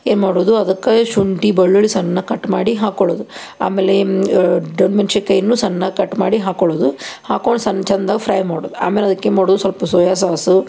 ಏನು ಮಾಡೋದು ಅದಕ್ಕೆ ಶುಂಠಿ ಬೆಳ್ಳುಳ್ಳಿ ಸಣ್ಣಗೆ ಕಟ್ ಮಾಡಿ ಹಾಕ್ಕೊಳ್ಳೋದು ಆಮೇಲೆ ದೊಡ್ಡ ಮೆಣಸಿನ್ಕಾಯಿನು ಸಣ್ಣಗೆ ಕಟ್ ಮಾಡಿ ಹಾಕ್ಕೊಳ್ಳೋದು ಹಾಕೊಂಡು ಸಂದ್ ಚಂದಾಗಿ ಫ್ರೈ ಮಾಡೋದು ಆಮೇಲೆ ಅದಕ್ಕೇನು ಮಾಡೋದು ಸ್ವಲ್ಪ ಸೋಯಾ ಸಾಸು